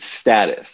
status